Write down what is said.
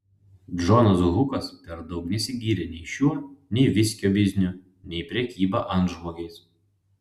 džonas hukas per daug nesigyrė nei šiuo nei viskio bizniu nei prekyba antžmogiais